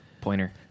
Pointer